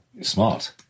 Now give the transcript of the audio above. smart